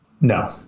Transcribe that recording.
No